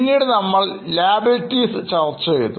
പിന്നീട് നമ്മൾ Liabilities ചർച്ച ചെയ്തു